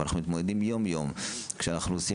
ואנחנו מתמודדים יום-יום כשאנחנו עושים